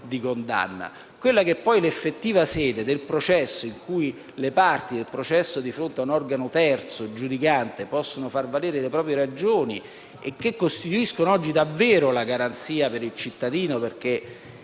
di condanna. Quella che poi è l'effettiva sede del processo, in cui le parti, di fronte ad un organo terzo giudicante, possono fare valere le proprie ragioni, costituisce oggi una reale garanzia per il cittadino perché,